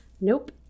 Nope